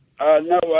No